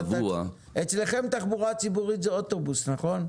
אצלכם תחבורה ציבורית היא אוטובוס, נכון?